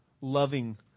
loving